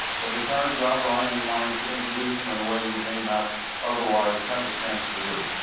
but it's our job, brian and mine, to introduce him in a way you may not otherwise have a chance to do.